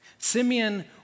Simeon